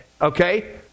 Okay